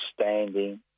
standing